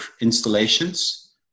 installations